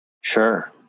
Sure